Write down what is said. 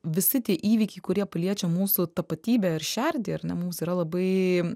visi tie įvykiai kurie paliečia mūsų tapatybę ir šerdį ar ne mums yra labai